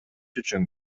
үчүн